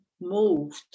moved